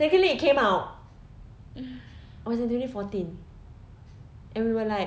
luckily it came out was in twenty fourteen and we were like